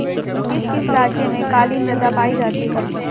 किस किस राज्य में काली मृदा पाई जाती है?